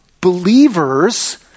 believers